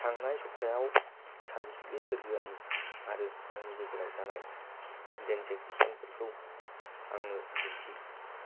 थांनाय सप्तायाव सानसुलि सोरगियारि आरो आंनि गेजेराव जानाय ट्रेन्जेकसनफोरखौ आंनो दिन्थि